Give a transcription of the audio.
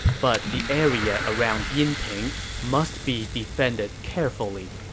but the area around yinping must be defended carefully.